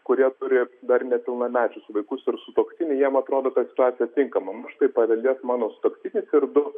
kurie turi dar nepilnamečius vaikus ir sutuoktinį jiem atrodo kad situacija tinkama na štai paveldės mano sutuoktinis ir du